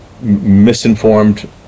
misinformed